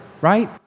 right